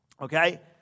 Okay